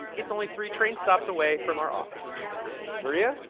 it's only three train stops away from our office maria?